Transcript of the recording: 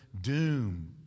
Doom